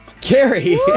Carrie